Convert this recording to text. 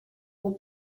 will